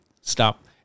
stop